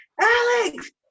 Alex